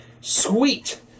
sweet